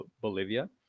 Bolivia